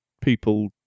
people